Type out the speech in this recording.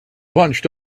bunched